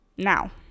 Now